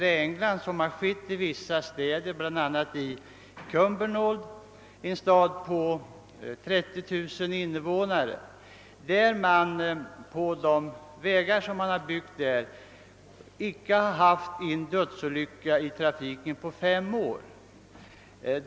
I England finns en stad på 30 000 invånare som heter Cumbernauld, och på de vägar som där har byggts har man icke haft någon dödsolycka i trafiken under fem år.